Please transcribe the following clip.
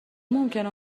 ممکنه